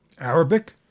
Arabic